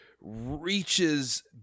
reaches